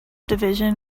division